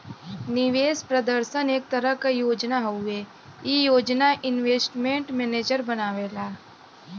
निवेश प्रदर्शन एक तरह क योजना हउवे ई योजना इन्वेस्टमेंट मैनेजर बनावेला